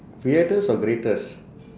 weirdest or greatest